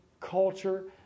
culture